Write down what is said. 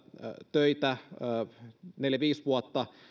töitä neljä viiva viisi vuotta